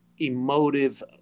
emotive